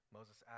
Moses